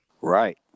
Right